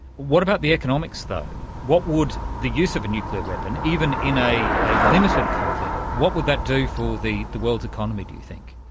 what about the economics though? what would the use of a nuclear weapon, even in a a limited conflict, what would that do for the the world's economy, do you think?